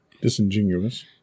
disingenuous